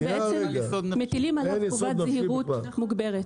אנחנו בעצם מטילים עליו חובת זהירות מוגברת.